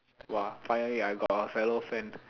!wah! finally I got a fellow friend